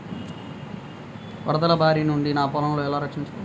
వరదల భారి నుండి నా పొలంను ఎలా రక్షించుకోవాలి?